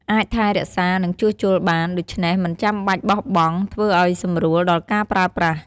អាចថែរក្សា និងជួសជុលបាន ដូច្នេះមិនចាំបាច់បោះបង់ ធ្វើឲ្យសម្រួលដល់ការប្រើប្រាស់។